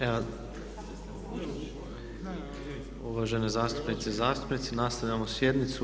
Evo uvažene zastupnice i zastupnici nastavljamo sjednicu.